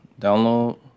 Download